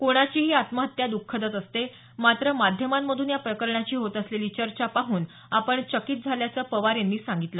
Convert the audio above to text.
कोणाचीही आत्महत्या द्खदच असते मात्र माध्यमांमधून या प्रकरणाची होत असलेली चर्चा पाहून आपण चकीत झाल्याचं पवार यांनी सांगितलं